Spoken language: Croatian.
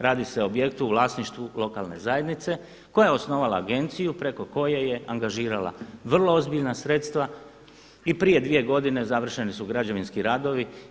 Radi se o objektu u vlasništvu lokalne zajednice koja je osnovala agenciju preko koje je angažirala vrlo ozbiljna sredstva i prije dvije godine završeni su građevinski radovi.